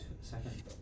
Second